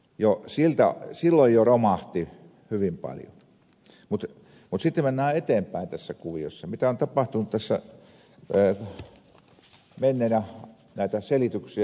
juoksin ja silloin jo romahti mutta sitten mennään eteenpäin tässä kuviossa mitä on tapahtunut tässä menneinä aikoina näitä selityksiä ja kaikkea